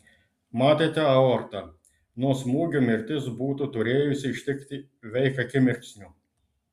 matėte aortą nuo smūgio mirtis būtų turėjusi ištikti veik akimirksniu